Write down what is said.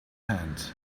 hand